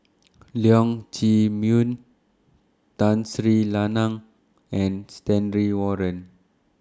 Leong Chee Mun Tun Sri Lanang and Stanley Warren